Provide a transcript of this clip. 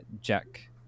Jack